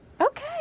Okay